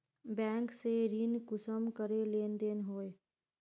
Bank से ऋण कुंसम करे लेन देन होए?